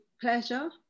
pleasure